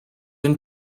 and